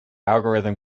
algorithm